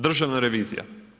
Državna revizija.